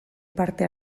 parte